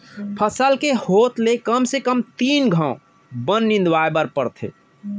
फसल के होत ले कम से कम तीन घंव बन निंदवाए बर परथे